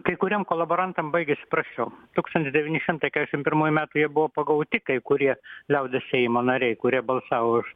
kai kuriem kolaborantam baigėsi prasčiau tūkstantis devyni šimtai kešim pirmųjų metų jie buvo pagauti kai kurie liaudies seimo nariai kurie balsavo už